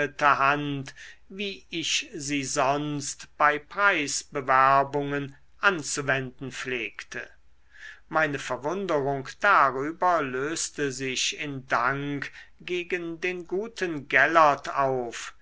hand wie ich sie sonst bei preisbewerbungen anzuwenden pflegte meine verwunderung darüber löste sich in dank gegen den guten gellert auf